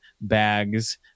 bags